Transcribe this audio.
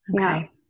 Okay